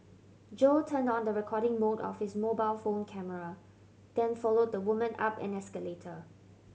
Jo turned on the recording mode of his mobile phone camera then followed the woman up an escalator